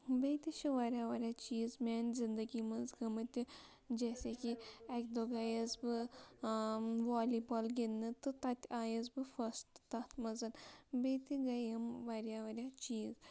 بیٚیہِ تہِ چھِ واریاہ واریاہ چیٖز میانہِ زِندگی منٛز گٔمٕتۍ جیسے کہِ اَکہِ دۄہ گٔیَس بہٕ والی بال گِنٛدنہٕ تہٕ تَتہِ آیَس بہٕ فٔسٹ تَتھ منٛز بیٚیہِ تہِ گٔے یِم واریاہ واریاہ چیٖز